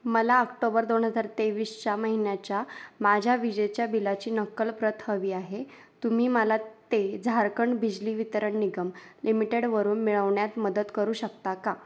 मला आक्टोबर दोन हजार तेवीसच्या महिन्याच्या माझ्या विजेच्या बिलाची नक्कल प्रत हवी आहे तुम्ही मला ते झारखंड बिजली वितरण निगम लिमिटेडवरूम मिळवण्यात मदत करू शकता का